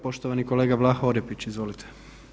Poštovani kolega Vlaho Orepić, izvolite.